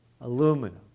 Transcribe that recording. aluminum